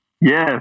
Yes